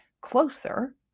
closer